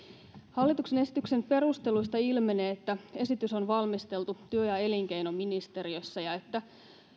hallituksen esityksen perusteluista ilmenee että esitys on valmisteltu työ ja elinkeinoministeriössä ja että